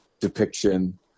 depiction